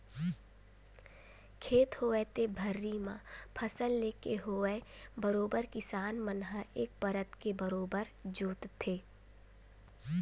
खेत होवय ते भर्री म फसल लेके होवय बरोबर किसान मन ह एक परत के बरोबर जोंतथे